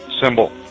symbol